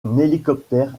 hélicoptère